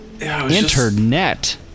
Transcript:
Internet